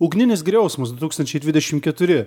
ugninis griausmas du tūkstančiai dvidešim keturi